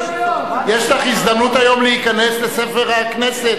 יש לך הזדמנות היום להיכנס לספר הכנסת.